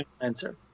Answer